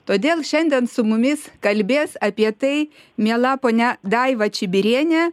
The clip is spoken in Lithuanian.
todėl šiandien su mumis kalbės apie tai miela ponia daiva čibirienė